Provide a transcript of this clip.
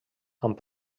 amb